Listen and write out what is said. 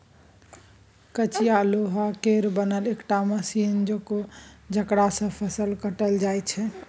कचिया लोहा केर बनल एकटा मशीन छै जकरा सँ फसल काटल जाइ छै